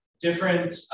different